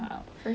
privacy